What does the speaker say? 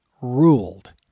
ruled